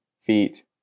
feet